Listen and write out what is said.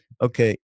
Okay